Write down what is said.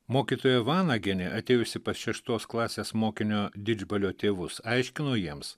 mokytoja vanagienė atėjusi pas šeštos klasės mokinio didžbalio tėvus aiškino jiems